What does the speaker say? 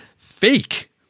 Fake